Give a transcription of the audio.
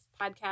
podcast